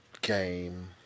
game